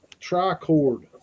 Tricord